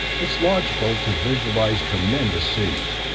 it's logical to visualize tremendous seas.